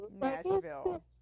Nashville